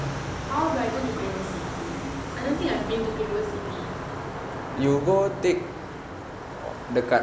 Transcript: how do I go to great old city I don't think I have been to great old city